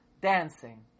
dancing